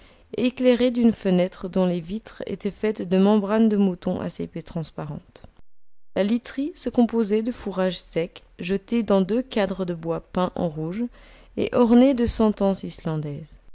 éclairée d'une fenêtre dont les vitres étaient faites de membranes de mouton assez peu transparentes la literie se composait de fourrage sec jeté dans deux cadres de bois peints en rouge et ornés de sentences islandaises